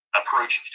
approach